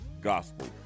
Gospel